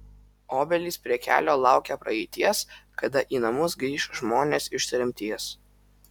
obelys prie kelio laukia praeities kada į namus grįš žmonės iš tremties